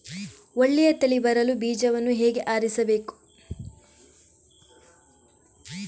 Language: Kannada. ಒಳ್ಳೆಯ ತಳಿ ಬರಲು ಬೀಜವನ್ನು ಹೇಗೆ ಆರಿಸಬೇಕು?